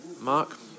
Mark